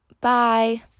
Bye